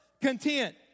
Content